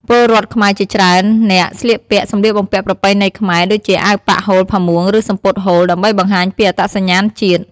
ពលរដ្ឋខ្មែរជាច្រើននាក់ស្លៀកពាក់ សំលៀកបំពាក់ប្រពៃណីខ្មែរដូចជាអាវប៉ាក់ ហូល ផាមួង ឬសំពត់ហូល ដើម្បីបង្ហាញពីអត្តសញ្ញាណជាតិ។